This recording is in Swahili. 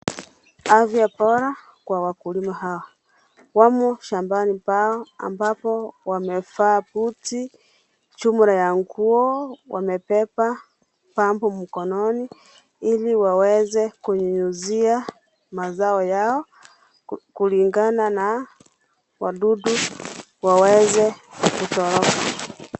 Afya bora kwa wakulima hao. Wamo shambani pao ambapo wamevaa buti. Juu ya nguo wamebeba pampu mkononi ili waweze kunyunyuzia mazao yao kulingana na wadudu waweze kutoroka.